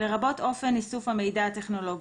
לרבות אופן איסוף המידע הטכנולוגי,